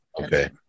Okay